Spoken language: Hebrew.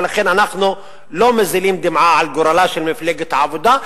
ולכן אנחנו לא מזילים דמעה על גורלה של מפלגת העבודה,